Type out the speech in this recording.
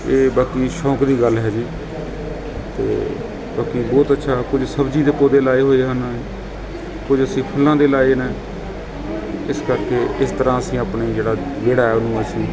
ਇਹ ਬਾਕੀ ਸ਼ੌਕ ਦੀ ਗੱਲ ਹੈ ਜੀ ਅਤੇ ਬਾਕੀ ਬਹੁਤ ਅੱਛਾ ਕੁਝ ਸਬਜ਼ੀਆਂ ਦੇ ਪੌਦੇ ਲਗਾਏ ਹੋਏ ਹਨ ਕੁਝ ਅਸੀਂ ਫੁੱਲਾਂ ਦੇ ਲਗਾਏ ਨੇ ਇਸ ਕਰਕੇ ਇਸ ਤਰ੍ਹਾਂ ਅਸੀਂ ਆਪਣਾ ਜਿਹੜਾ ਜਿਹੜਾ ਹੈ ਉਹਨੂੰ ਅਸੀਂ